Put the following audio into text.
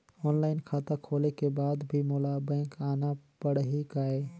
Online खाता खोले के बाद भी मोला बैंक आना पड़ही काय?